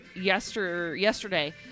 yesterday